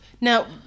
now